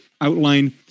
outline